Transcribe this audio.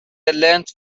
لنت